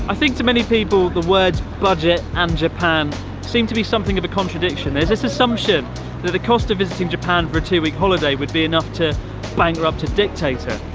i think to many people the words budget and japan seem to be something of a contradiction. there's this assumption that the cost of visiting japan for a two-week holiday, would be enough to bankrupt dictator,